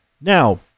Now